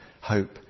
hope